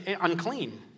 unclean